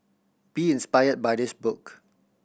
be inspired by this book